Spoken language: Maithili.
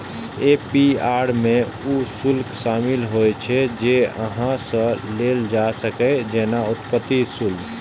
ए.पी.आर मे ऊ शुल्क शामिल होइ छै, जे अहां सं लेल जा सकैए, जेना उत्पत्ति शुल्क